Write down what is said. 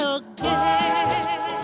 again